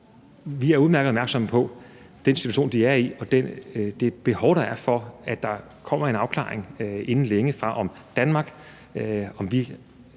vi er udmærket opmærksom på den situation, de er i, og det behov, der er for, at der kommer en afklaring inden længe, i forhold til